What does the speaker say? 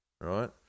right